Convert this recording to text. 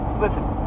Listen